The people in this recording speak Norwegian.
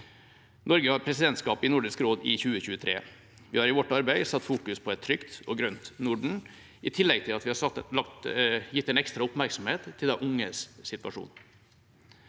Norge har presidentskapet i Nordisk råd i 2023. Vi har i vårt arbeid satt et trygt og grønt Norden i fokus, i tillegg til at vi har gitt ekstra oppmerksomhet til de unges situasjon.